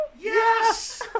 Yes